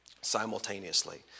simultaneously